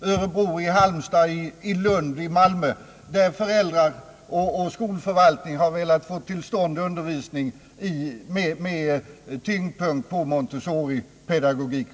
Örebro, Halmstad, Lund och Malmö, där föräldrar och skolförvaltning har velat få till stånd undervisning med tyngdpunkt på Montessoripedagogik.